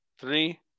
Three